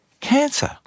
cancer